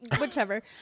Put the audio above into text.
whichever